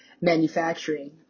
manufacturing